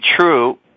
true